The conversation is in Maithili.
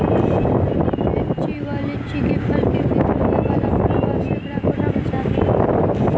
लिच्ची वा लीची केँ फल केँ भीतर होइ वला पिलुआ सऽ एकरा कोना बचाबी?